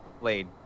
Blade